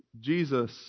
Jesus